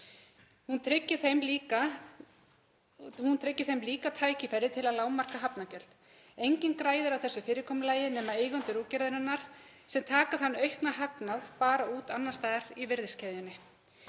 Hún tryggir þeim líka tækifæri til að lágmarka hafnargjöld. Enginn græðir á þessu fyrirkomulagi nema eigendur útgerðarinnar sem taka þann aukna hagnað bara út annars staðar í virðiskeðjunni.